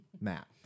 Matt